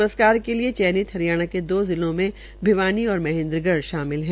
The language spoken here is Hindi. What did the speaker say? रस्कार के लिए चयनित हरियाणा के दो जिलों में भिवानी और महेंद्रगढ़ शामिल हैं